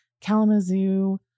Kalamazoo